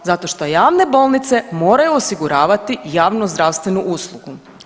Zato što javne bolnice moraju osiguravati javnozdravstvenu uslugu.